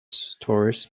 stories